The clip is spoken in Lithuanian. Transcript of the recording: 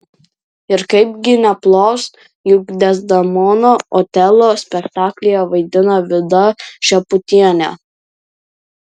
ir kaipgi neplos juk dezdemoną otelo spektaklyje vaidino vida šeputienė